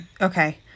Okay